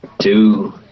two